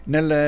Nel